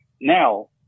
now